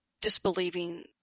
disbelieving